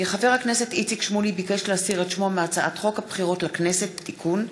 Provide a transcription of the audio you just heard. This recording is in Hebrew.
הצעת חוק ההוצאה לפועל (תיקון,